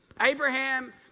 Abraham